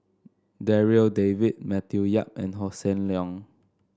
Darryl David Matthew Yap and Hossan Leong